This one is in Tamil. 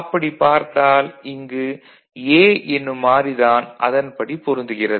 அப்படிப் பார்த்தால் இங்கு A என்னும் மாறி தான் அதன்படி பொருந்துகிறது